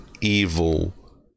evil